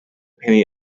penny